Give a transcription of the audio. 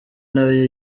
nawe